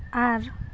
ᱟᱨ